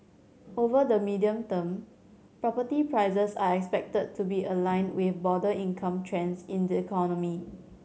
over the medium term property prices are expected to be aligned with broader income trends in the economy